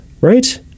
right